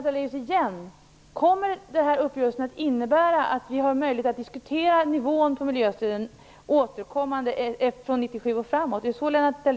Kommer denna uppgörelse att innebära att vi har möjlighet att diskutera nivån på miljöstöden återkommande från 1997 och framåt?